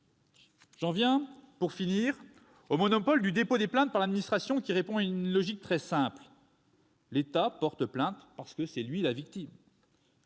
j'en viens au monopole du dépôt des plaintes par l'administration. Cela répond à une logique très simple : l'État porte plainte parce que c'est lui la victime.